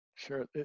Sure